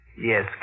Yes